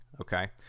Okay